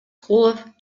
кулов